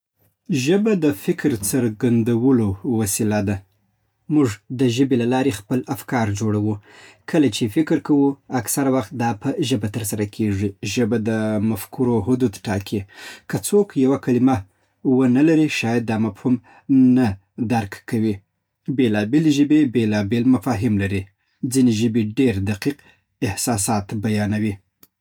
ژبه د فکر څرګندولو وسیله ده. موږ د ژبې له لارې خپل افکار جوړوو. کله چې فکر کوو، اکثره وخت دا په ژبه ترسره کېږي. ژبه د مفکورو حدود ټاکي. که څوک یوه کلمه ونه لري، شاید دا مفهوم نه درک کوي. بیلابېلې ژبې بیلابېل مفاهیم لري. ځینې ژبې ډېر دقیق احساسات بیانوي.